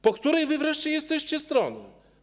Po której wy wreszcie jesteście stronie?